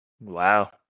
Wow